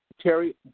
Terry